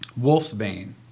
Wolfsbane